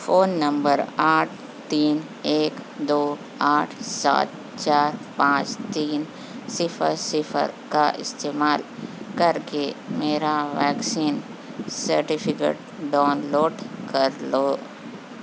phone number آٹھ تین ایک دو آٹھ سات چار پانچ تین صفر صفر کا استعمال کر کے میرا ویکسین سرٹیفکیٹ ڈاؤنلوڈ کر لو